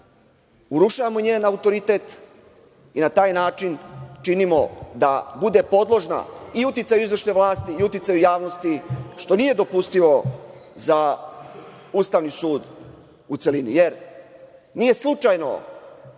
urušavamo njen autoritet i na taj način činimo da bude podložna i uticaju izvršne vlasti i uticaju javnosti, što nije dopustivo za Ustavni sud u celini, jer nije slučajno